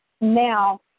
now